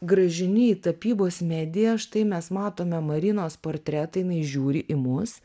grąžini į tapybos mediją štai mes matome marinos portretą jinai žiūri į mus